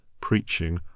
preaching